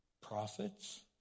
prophets